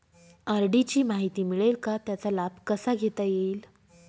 RD ची माहिती मिळेल का, त्याचा लाभ कसा घेता येईल?